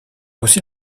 aussi